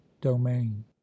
domain